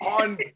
on